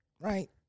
right